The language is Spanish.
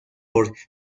por